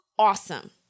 awesome